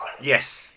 Yes